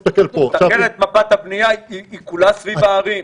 תסתכל על מפת הבנייה, היא כולה סביב הערים.